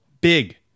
big